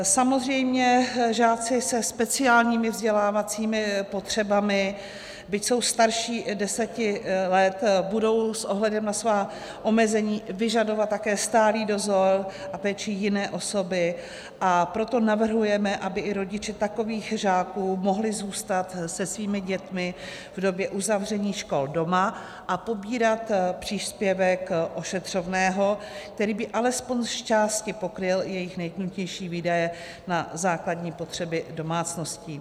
Samozřejmě žáci se speciálními vzdělávacími potřebami, byť jsou starší 10 let, budou s ohledem na svá omezení vyžadovat také stálý dozor a péči jiné osoby, a proto navrhujeme, aby i rodiče takových žáků mohli zůstat se svými dětmi v době uzavření škol doma a pobírat příspěvek ošetřovného, který by alespoň zčásti pokryl jejich nejnutnější výdaje na základní potřeby domácností.